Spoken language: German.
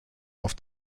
auf